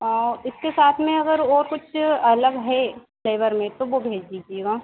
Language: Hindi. औ इसके साथ में अगर और कुछ अलग है फ़्लेवर में तो वह भेज दीजिएगा